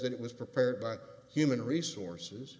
that it was prepared by human resources